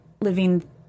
living